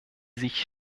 sich